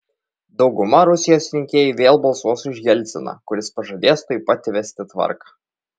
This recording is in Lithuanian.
dauguma rusijos rinkėjų vėl balsuos už jelciną kuris pažadės tuojau pat įvesti tvarką